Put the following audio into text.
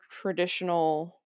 traditional